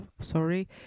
sorry